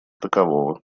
такового